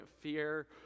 fear